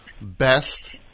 best